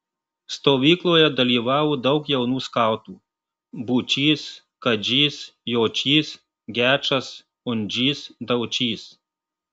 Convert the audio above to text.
stovykloje dalyvavo daug jaunų skautų būčys kadžys jočys gečas undžys daučys